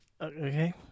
Okay